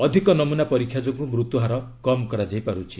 ଅଧିକ ନମୂନା ପରୀକ୍ଷା ଯୋଗୁଁ ମୃତ୍ୟୁହାର କମ୍ କରାଯାଇପାରୁଛି